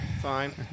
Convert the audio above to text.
Fine